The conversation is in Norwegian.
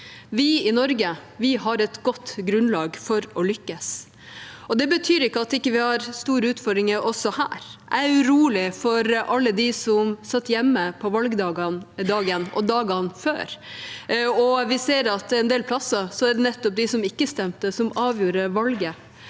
Vi i Norge har et godt grunnlag for å lykkes. Det betyr ikke at vi ikke har store utfordringer også her. Jeg er urolig for alle dem som satt hjemme på valgdagen og dagene før. Vi ser at en del steder er det nettopp de som ikke stemte, som avgjorde valget.